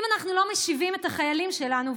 אם אנחנו לא משיבים את החיילים שלנו,